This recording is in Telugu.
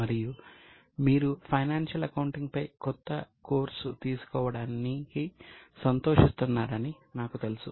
మరియు మీరు ఫైనాన్షియల్ అకౌంటింగ్ పై కొత్త కోర్సు తీసుకోవడానికి సంతోషిస్తున్నారని నాకు తెలుసు